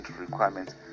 requirements